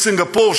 עם סינגפור,